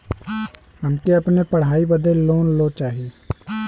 हमके अपने पढ़ाई बदे लोन लो चाही?